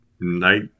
night